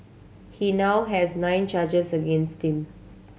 he now has nine charges against him